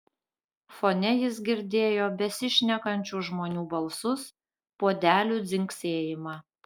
fone jis girdėjo besišnekančių žmonių balsus puodelių dzingsėjimą